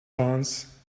glance